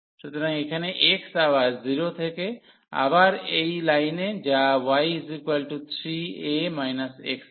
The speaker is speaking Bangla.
সুতরাং এখানে x আবার 0 থেকে আবার এই লাইনে যা y3a x ছিল